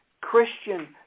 Christian